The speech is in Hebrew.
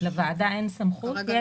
לוועדה אין סמכות לשנות.